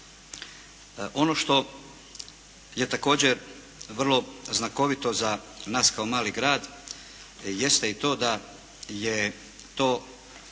Ono što je također vrlo znakovito za nas kao mali grad jeste i to da je to